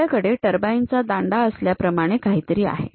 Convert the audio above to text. आपल्याकडे टर्बाईन चा दांडा असल्याप्रमाणे काहीतरी आहे